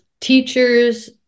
teachers